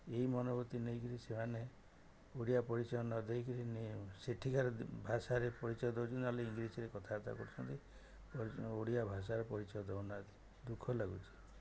ଏହି ମନବୃତ୍ତି ନେଇକି ସେମାନେ ଓଡ଼ିଆ ପରିଚୟ ନଦେଇକି ସେଠିକା ଭାଷାରେ ପରିଚୟ ଦେଉଛନ୍ତି ନହେଲେ ଇଂଲିଶ୍ରେ କଥାବାର୍ତ୍ତା କରୁଛନ୍ତି ଓଡ଼ିଆ ଭାଷାର ପରିଚୟ ଦେଉନାହାନ୍ତି ଦୁଃଖ ଲାଗୁଛି